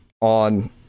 on